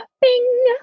Bing